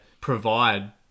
provide